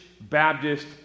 Baptist